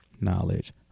knowledge